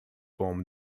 form